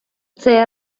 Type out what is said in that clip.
цей